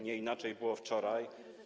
Nie inaczej było wczoraj.